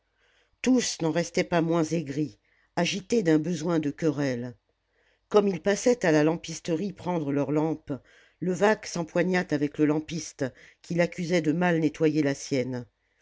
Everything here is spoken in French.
tous n'en restaient pas moins aigris agités d'un besoin de querelle comme ils passaient à la lampisterie rendre leurs lampes levaque s'empoigna avec le lampiste qu'il accusait de mal nettoyer la sienne